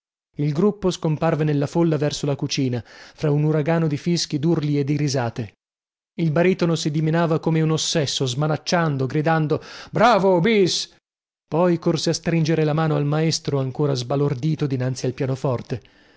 il gruppo scomparve nella folla verso la cucina fra un uragano di fischi durli e di risate il baritono si dimenava come un ossesso smanacciando gridando bravo bis poi corse a stringere la mano al maestro ancora sbalordito dinanzi al pianoforte